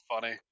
funny